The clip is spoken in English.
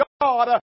God